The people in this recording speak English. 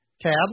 tab